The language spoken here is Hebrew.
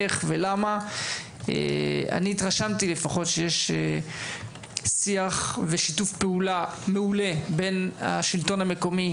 אני התרשמתי שיש שיח ושיתוף פעולה מעולה בין השלטון המקומי,